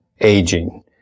aging